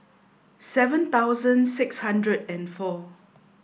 seven thousand six hundred and four